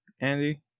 Andy